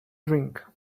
drink